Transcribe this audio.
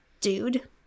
dude